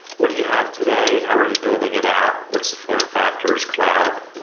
what do you have today? how are you building it out? what's the form factors? cloud,